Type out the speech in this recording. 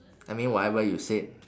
I mean whatever you said